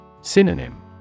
Synonym